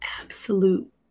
absolute